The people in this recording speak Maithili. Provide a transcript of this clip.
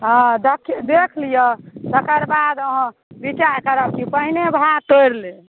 हँ देख लियौ तकर बाद अहाँ विचार करब कि पहिने भा तोड़ि लेब